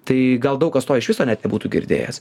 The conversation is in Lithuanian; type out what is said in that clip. tai gal daug kas to iš viso net nebūtų girdėjęs